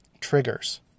triggers